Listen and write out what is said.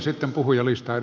sitten puhujalistaan